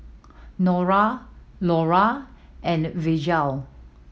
Norah Lorna and Virgel